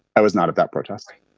i was not at that protest.